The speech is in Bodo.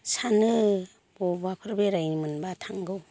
सानो बबावबाफोर बेरायनो मोनबा थांगौ